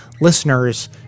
listeners